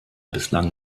bislang